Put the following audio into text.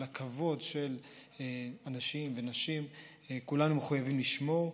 על הכבוד של אנשים ונשים כולנו מחויבים לשמור,